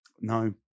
no